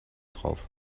drauf